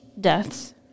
deaths